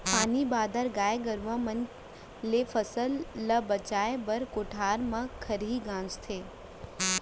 पानी बादर, गाय गरूवा मन ले फसल ल बचाए बर कोठार म खरही गांजथें